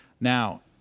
Now